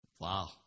Wow